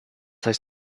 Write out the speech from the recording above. heißt